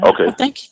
Okay